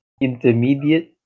intermediate